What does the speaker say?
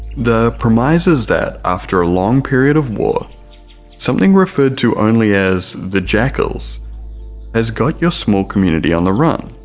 the premise is that after a long period of war something referred to only as the jackals has got your small community on the run,